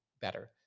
better